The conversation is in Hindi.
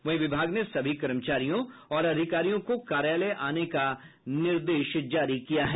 वहीं विभाग ने सभी कर्मचारियों और अधिकारियों को कार्यालय आने का निर्देश दिया है